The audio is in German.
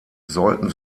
sollten